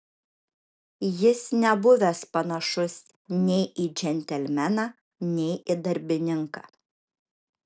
jis nebuvęs panašus nei į džentelmeną nei į darbininką